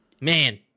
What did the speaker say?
Man